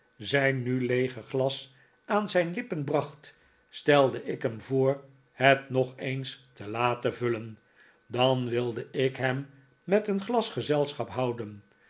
zijn nu leege glas aan zijn lippen bracht stelde ik hem voor het nog eens te laten vullen dan wilde ik hem met een glas gezelschap houden